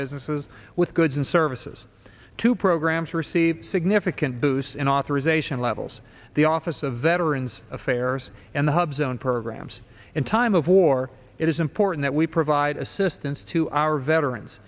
businesses with goods and services to programs received significant boost in authorization levels the office of veterans affairs in the hub zone programs in time of war it is important that we provide assistance to our veterans